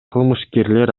кылмышкерлер